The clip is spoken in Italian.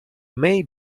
may